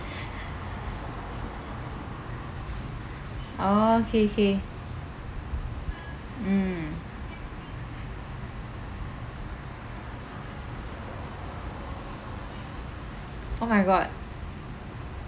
oh K K mm oh my god